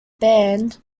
band